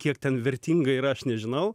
kiek ten vertinga yra aš nežinau